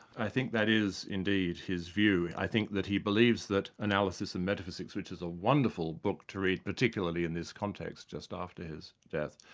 i think that is indeed his view. i think that he believes that analysis and metaphysics, which is a wonderful book to read, particularly in this context just after his death,